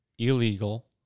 Illegal